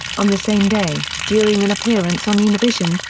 on the same day, during an appearance on univision,